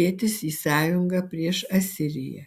dėtis į sąjungą prieš asiriją